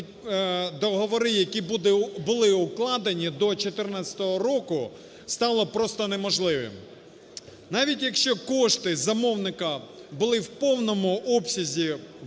договори, які були укладені до 2014 року, стало просто неможливим. Навіть якщо кошти замовника були в повному обсязі використано